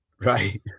Right